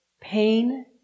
pain